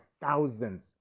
thousands